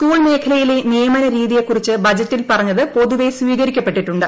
school മേഖലയിലെ നിയമന രീതിയെക്കുറിച്ച് ബജറ്റിൽ പറഞ്ഞത് പൊതുവേ സ്വീകരിക്കപ്പെട്ടിട്ടുണ്ട്